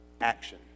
action